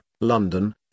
London